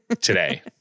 today